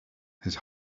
his